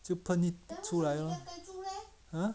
就喷出来 lor ah